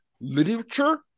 literature